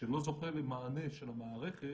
שלא זוכה למענה של המערכת,